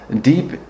deep